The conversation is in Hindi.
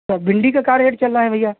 अच्छा भिंडी का क्या रेट चल रहा है भैया